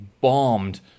bombed